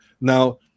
now